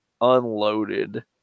unloaded